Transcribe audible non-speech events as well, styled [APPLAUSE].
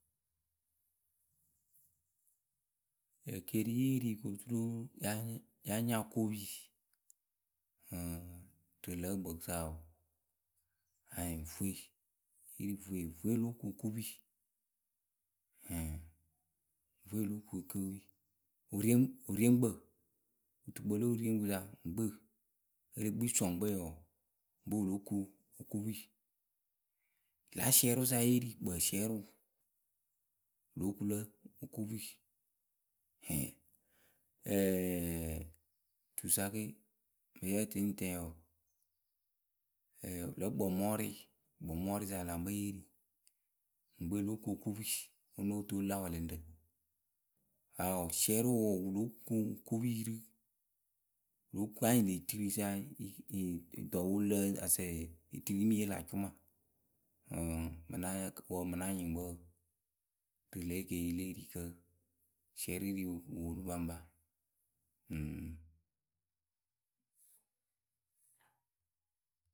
Ekeeriye yǝ ri koturu yáa nya okopi [HESITATION] rǝ lǝ̌ ǝkpǝǝkǝ sa wɔɔ, anyɩŋ vwe. vwe lóo ku okopi. Wǝrieŋkpǝ wutukpǝ le wurieŋkpǝ sa ŋkpǝ wǝ́ e le kpii sɔŋkpɛ wɔɔ, ŋkpǝ wǝ́ lóo ku okopi. Lǎ siɛrɩwǝ sa yée ri kpǝǝsiɛrɩʊ wǝ lóo ku lǝ okopi. [HESITATION] tusa ke mǝŋ yǝ tɨ yǝ ŋ tɛŋ wɔɔ, lǝ̌ kpǝǝmɔrʊɩ kpǝǝmɔrʊɩ sa la ŋkpɛ yée ri ŋwǝ ŋke lóo ku okopi wǝ́ ŋ nóo toolu lǎ wɛlɛŋrǝ. Paa wɔɔ, siɛrɩwǝ wɔɔ, wǝ lóo ku okopi rɨ wǝ lóo kuŋ anyɩŋ lë etiri sa dɔɔpolǝ asɩ etiini la acʊma ǝŋ, wǝ ŋmɨ ŋ́ na nyɩŋ wǝǝ [HESITATION] Kɨto lě ekeeri le eikǝ. Siɛrɩ ri wǝ ponu baŋpa ǝŋ.